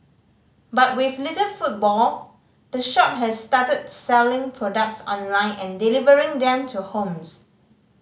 but with little footfall the shop has started selling products online and delivering them to homes